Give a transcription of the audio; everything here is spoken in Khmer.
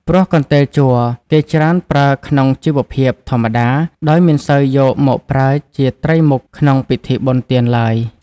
ព្រោះកន្ទេលជ័រ គេច្រើនប្រើក្នុងជីវភាព ធម្មតា ដោយមិនសូវយកមកប្រើជាត្រីមុខក្នុងពិធីបុណ្យទានឡើយ ។